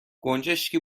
گنجشکی